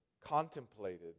contemplated